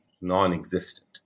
non-existent